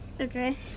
Okay